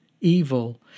evil